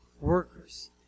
workers